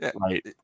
right